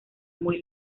muy